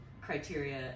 criteria